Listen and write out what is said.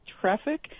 traffic